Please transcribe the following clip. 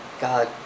God